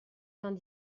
vingt